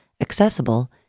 accessible